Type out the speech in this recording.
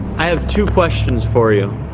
i have two questions for you